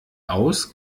aus